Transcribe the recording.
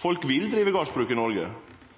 Folk vil drive gardsbruk i Noreg.